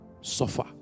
suffer